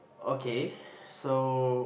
okay so